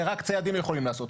זה רק ציידים יכולים לעשות.